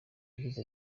yagize